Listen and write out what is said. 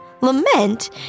Lament